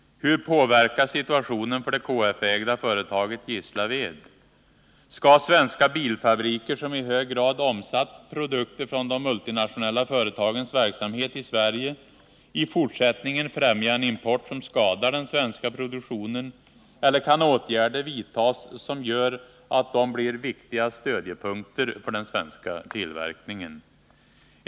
Hur påverkas situationen för det KF-ägda företaget Gislaved? Skall svenska bilfabriker, som i hög grad omsatt produkter från de multinationella företagens verksamhet i Sverige, i fortsättningen främja en import som skadar den svenska produktionen eller kan åtgärder vidtas som gör att de blir viktiga stödjepunkter för den svenska tillverkningen?